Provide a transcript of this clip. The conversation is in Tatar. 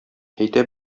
әйтә